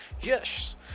yes